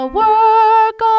work